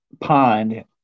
pond